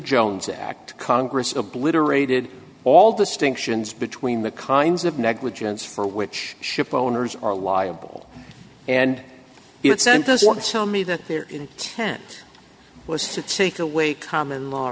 jones act congress obliterated all distinctions between the kinds of negligence for which ship owners are liable and it sent doesn't tell me that their intent was to take away common law